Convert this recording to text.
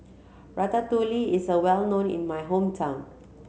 Ratatouille is a well known in my hometown